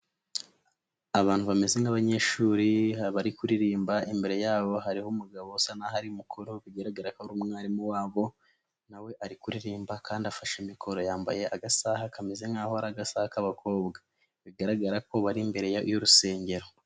Abantu bameze nk'abanyeshuri bari kuririmba, imbere yabo hariho umugabo usa naho ari mukuru bigaragara ko ari umwarimu wabo, nawe ari kuririmba kandi afashe mikoro, yambaye agasaha kameze nk'aho ari agasaha k'abakobwa bigaragara ko bari imbere y'urusengero.